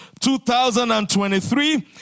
2023